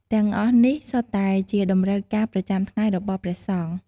ទាំងអស់នេះសុទ្ធតែជាតម្រូវការប្រចាំថ្ងៃរបស់ព្រះសង្ឃ។